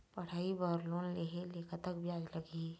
पढ़ई बर लोन लेहे ले कतक ब्याज लगही?